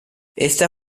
esta